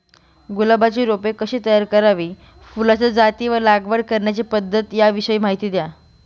गुलाबाची रोपे कशी तयार करावी? फुलाच्या जाती व लागवड करण्याची पद्धत याविषयी माहिती द्या